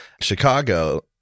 Chicago